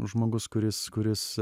žmogus kuris kuris